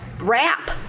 wrap